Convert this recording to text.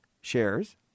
shares